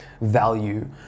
value